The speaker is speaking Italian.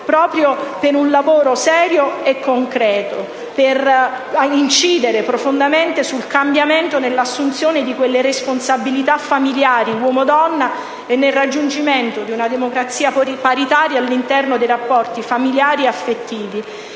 proprio per un lavoro serio e concreto, in modo da riuscire ad incidere profondamente sul cambiamento, nell'assunzione delle responsabilità familiari uomo-donna e nel raggiungimento di una democrazia paritaria all'interno dei rapporti familiari ed affettivi.